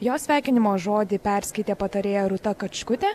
jos sveikinimo žodį perskaitė patarėja rūta kačkutė